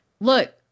look